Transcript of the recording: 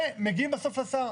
ומגיעים בסוף לשר.